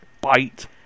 bite